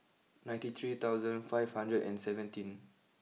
ninety three thousand five hundred and seventeen